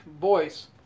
voice